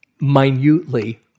minutely